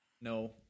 No